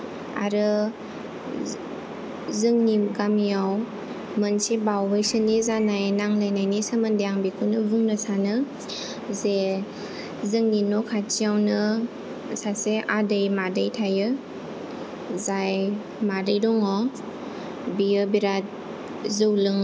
आरो जो जोंनि गामियाव मोनसे बावैसोनि जानाय नांलायनायनि सोमोन्दै आं बेखौनो बुंनो सानो जे जोंनि न' खाथियावनो सासे आदै मादै थायो जाय मादै दं बियो बिरात जौ लोङो